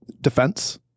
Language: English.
defense